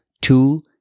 two